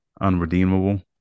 unredeemable